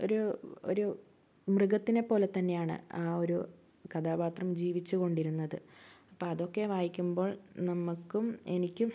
ഒരു ഒരു മൃഗത്തിനെ പോലെ തന്നെയാണ് ആ ഒരു കഥാപാത്രം ജീവിച്ചു കൊണ്ടിരുന്നത് അപ്പം അതൊക്കെ വായിക്കുമ്പോൾ നമ്മക്കും എനിക്കും